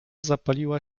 zapaliła